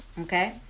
Okay